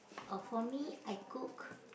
oh for me I cook